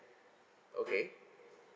okay